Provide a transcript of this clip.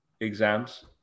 exams